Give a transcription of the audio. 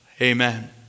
Amen